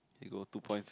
here you go two points